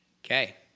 Okay